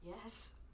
Yes